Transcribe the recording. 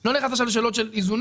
אני לא נכנס עכשיו לשאלות של איזונים.